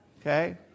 Okay